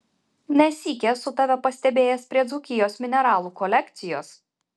ne sykį esu tave pastebėjęs prie dzūkijos mineralų kolekcijos